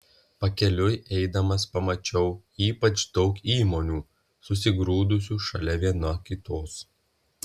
pakeliui eidamas pamačiau ypač daug įmonių susigrūdusių šalia viena kitos